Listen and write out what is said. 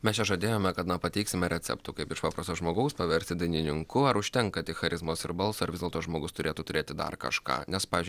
mes čia žadėjome kad na pateiksime receptų kaip iš paprasto žmogaus paversti dainininku ar užtenka tik charizmos ir balso ar vis dėlto žmogus turėtų turėti dar kažką nes pavyzdžiui